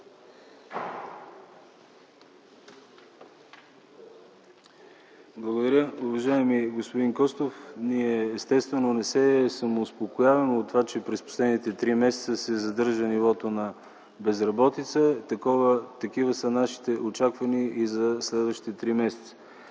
Благодаря. Уважаеми господин Костов, ние естествено не се самоуспокояваме, че през последните три месеца се задържа нивото на безработица. Такива са нашите очаквания и за следващите три месеца.